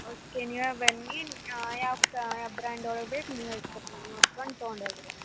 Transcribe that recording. okay ನೀವೇ ಬನ್ನಿ ಯಾವ ಬ್ರಾಂಡ್ ಒಳಗೆ ಬೇಕು ನೀವೇ ಚೆಕ್ ಮಾಡಿ ನೋಡ್ಕೊಂಡು ತಗೊಂಡು ಹೋಗ್ರಿ